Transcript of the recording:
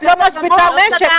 את לא משביתה משק,